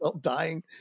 Dying